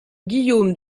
guillaume